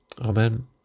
Amen